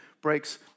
breaks